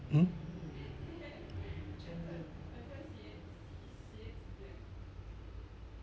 mm